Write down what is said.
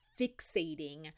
fixating